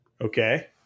Okay